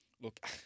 look